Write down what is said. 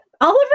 Oliver